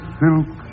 silk